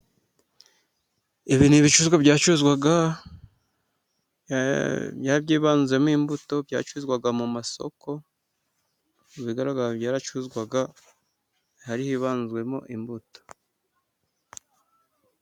Ibi ni ibicuruzwa byacuruzwaga byari byibanzemo imbuto byacuruzwaga mu masoko ibigaraga byaracuzwaga hari hibanzwemo imbuto.